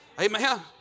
Amen